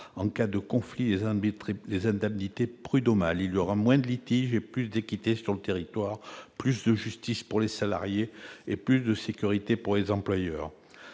en cas de conflit, les indemnités prud'homales. Cela se traduira par moins de litiges et par plus d'équité sur le territoire, par plus de justice pour les salariés et plus de sécurité pour les employeurs.